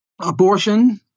abortion